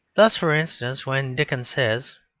thus for instance when dickens says,